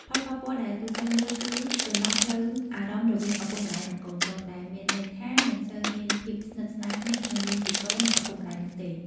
ផលប៉ះពាល់ដែលទូទៅមួយគឺចន្លោះផ្លូវអារម្មណ៍រវាងឪពុកម្តាយនិងកូនៗ ដែលមានន័យថាគេមិនសូវមានភាពស្និទ្ធស្នាលគ្នាក្នុងនាមជាកូន និងឪពុកម្ដាយនោះទេ។